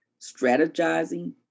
strategizing